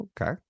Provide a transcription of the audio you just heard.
Okay